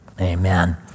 Amen